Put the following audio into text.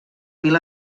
mil